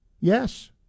Yes